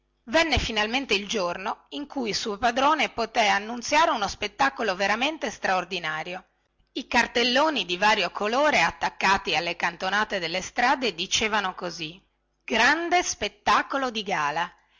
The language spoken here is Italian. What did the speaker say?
venne finalmente il giorno in cui il suo padrone poté annunziare uno spettacolo veramente straordinario i cartelloni di vario colore attaccati alle cantonate delle strade dicevano così e d a